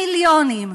מיליונים,